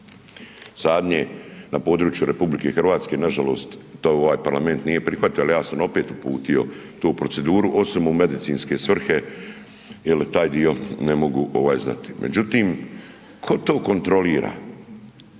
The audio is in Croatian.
sadnje na području RH. Nažalost to ovaj parlament nije prihvatio ali ja sam opet uputio to u proceduru osim u medicinske svrhe jel taj dio ne mogu ovaj znati. Međutim, tko to kontrolira,